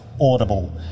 audible